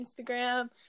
instagram